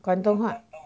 广东话